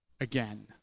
again